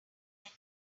that